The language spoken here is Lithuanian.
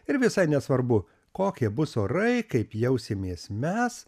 ir visai nesvarbu kokie bus orai kaip jausimės mes